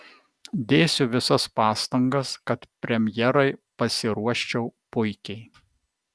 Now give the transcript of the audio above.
dėsiu visas pastangas kad premjerai pasiruoščiau puikiai